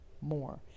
more